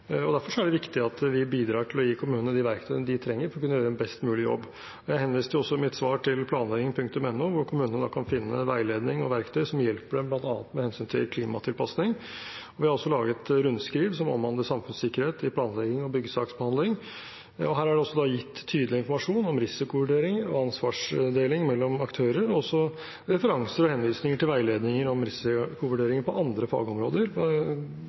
Derfor er det viktig at vi bidrar til å gi kommunene de verktøyene de trenger for å kunne gjøre en best mulig jobb. Jeg henviste også i mitt svar til planlegging.no, hvor kommunene kan finne veiledning og verktøy som hjelper dem bl.a. med hensyn til klimatilpasning. Vi har også laget rundskriv som omhandler samfunnssikkerhet i planlegging av byggesaksbehandling, og der er det også gitt tydelig informasjon om risikovurdering og ansvarsdeling mellom aktører og referanser og henvisninger til veiledninger om risikovurdering på andre fagområder,